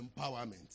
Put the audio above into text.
empowerment